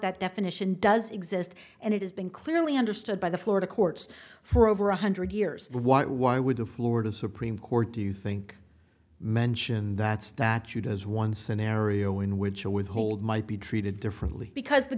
that definition does exist and it has been clearly understood by the florida courts for over one hundred years what why would the florida supreme court do you think mentioned that statute as one scenario in which a withhold might be treated differently because the